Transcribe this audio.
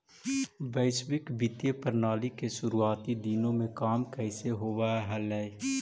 वैश्विक वित्तीय प्रणाली के शुरुआती दिनों में काम कैसे होवअ हलइ